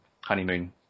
honeymoon